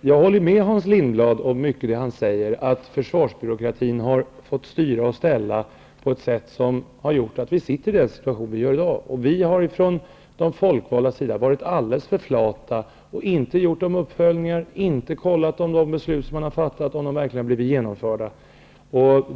Jag håller med Hans Lindblad om mycket av det han säger, dvs. att försvarsbyråkratin har fått styra och ställa på ett sätt som har gjort att vi sitter i den situation vi gör i dag. Vi har från de folkvaldas sida varit alldeles för flata och inte gjort några uppföljningar och inte kontrollerat att fattade beslut har blivit genomförda.